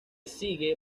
sigue